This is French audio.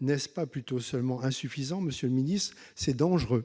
n'est pas seulement insuffisant, c'est dangereux.